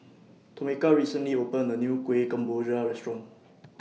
Tomeka recently opened A New Kuih Kemboja Restaurant